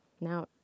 Now